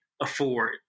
afford